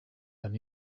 their